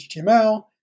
HTML